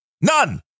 None